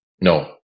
No